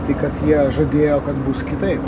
tik kad jie žadėjo kad bus kitaip